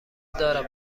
دارم